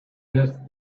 just